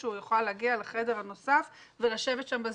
שהוא יוכל להגיע לחדר הנוסף ולשבת שם ב"זום".